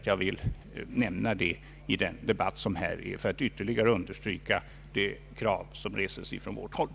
Jag ville nämna detta i debatten i dag för att ytterligare understryka de krav som reses från vårt håll.